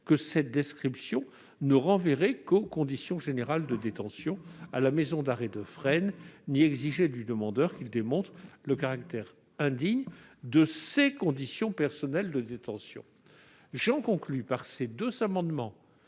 que cette description ne renverrait qu'aux conditions générales de détention à la maison d'arrêt de Fresnes, ni exiger du demandeur qu'il démontre le caractère indigne de ses conditions personnelles de détention. » J'en conclus que les amendements